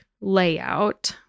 layout